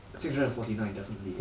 six hundred and forty nine definitely